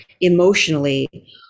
emotionally